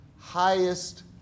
highest